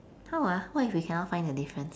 how ah what if we cannot find the difference